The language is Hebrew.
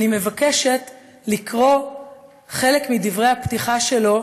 ואני מבקשת לקרוא חלק מדברי הפתיחה שלו,